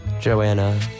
joanna